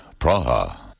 Praha